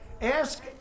Ask